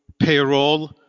payroll